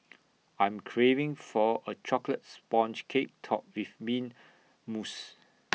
I am craving for A Chocolate Sponge Cake Topped with Mint Mousse